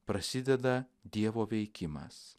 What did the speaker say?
prasideda dievo veikimas